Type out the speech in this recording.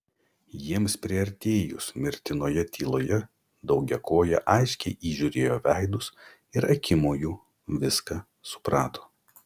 jiems priartėjus mirtinoje tyloje daugiakojė aiškiai įžiūrėjo veidus ir akimoju viską suprato